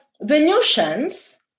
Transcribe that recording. Venusians